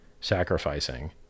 sacrificing